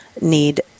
need